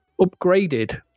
upgraded